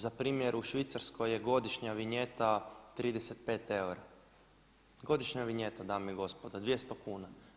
Za primjer u Švicarskoj je godišnja vinjeta 35 eura, godišnja vinjeta dame i gospodo 200 kuna.